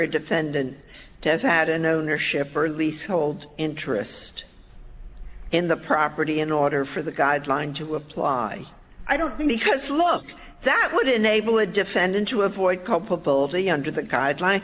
a defendant to have had an ownership or leasehold interest in the property in order for the guideline to apply i don't think because look that would enable a defendant to avoid culpability under the guideline